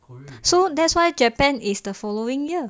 so that's why japan is the following year